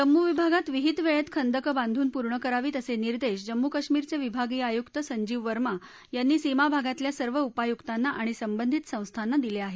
जम्मू विभागात विहित वेळेत खंदकं बांधून पूर्ण करावीत असे निर्देश जम्मू काश्मीरचे विभागीय आयुक्त संजीव वर्मा यांनी सीमा भागातल्या सर्व उपायुकांना आणि संबंधित संस्थांना दिले आहेत